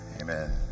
Amen